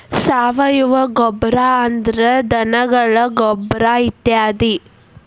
ಸಾವಯುವ ಗೊಬ್ಬರಾ ಅಂದ್ರ ಧನಗಳ ಗೊಬ್ಬರಾ ಇತ್ಯಾದಿ